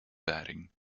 batting